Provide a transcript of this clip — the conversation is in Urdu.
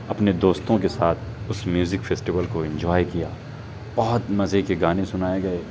اپنے دوستوں کے ساتھ اس میوزک فیسٹیول کو انجوائے کیا بہت مزے کے گانے سنائے گئے